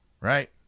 Right